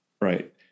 Right